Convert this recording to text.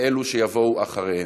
ואלו שיבואו אחריהם.